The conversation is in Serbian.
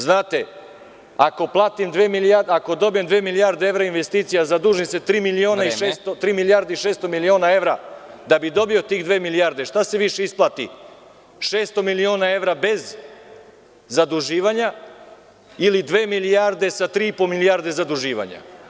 Znate, ako dobijem dve milijarde evra investicija, a zadužim se tri milijarde i šesto miliona evra da bih dobio tih dve milijarde, šta se više isplati, šesto miliona evra bez zaduživanja ili dve milijarde sa tri i po milijarde zaduživanja?